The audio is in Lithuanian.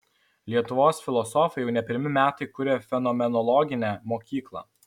lietuvos filosofai jau ne pirmi metai kuria fenomenologinę mokyklą